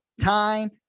time